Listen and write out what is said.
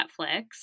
Netflix